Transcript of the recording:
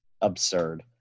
absurd